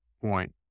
point